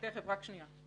תיכף, רק שנייה.